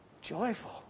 joyful